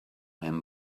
him